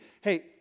Hey